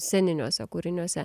sceniniuose kūriniuose